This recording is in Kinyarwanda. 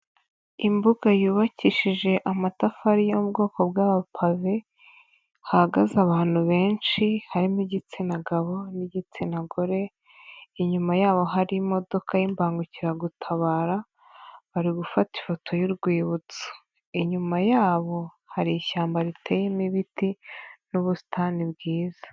Imbuga yubakishije amatafari yo mu bwoko bw'abapave, hahagaze abantu benshi harimo igitsina gabo n'igitsina gore, inyuma yabo hari imodoka y'imbangukiragutabara, bari gufata ifoto y'urwibutso. Inyuma yabo hari ishyamba riteyemo ibiti n'ubusitani bwiza.